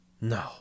No